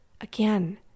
Again